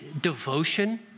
devotion